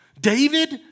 David